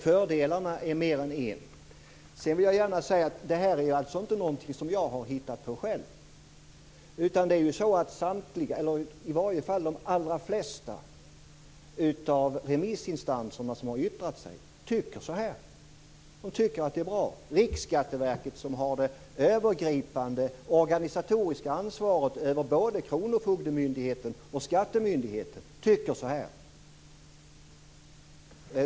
Fördelarna är mer än en. Detta är inte någonting som jag har hittat på själv. I varje fall de alla flesta av remissinstanserna som yttrat sig tycker så här. De tycker att det är bra. Riksskatteverket som har det övergripande organisatoriska ansvaret över både kronofogdemyndigheten och skattemyndigheten tycker så här.